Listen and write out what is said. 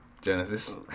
Genesis